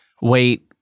wait